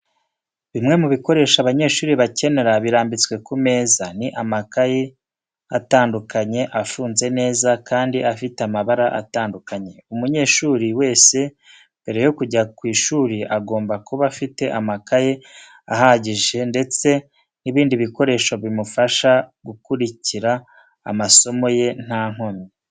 Bimwe mu bikoresho abanyeshuri bakenera birambitswe ku meza, ni amakayi atandukanye afunze neza kandi afite amabara atandukanye. Umunyeshuri wese mbere yo kujya ku ishuri agomba kuba afite amakaye ahagije ndetse n'ibindi bikoresho bimufasha gukurikira amasomo ye nta nkomyi.